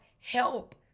help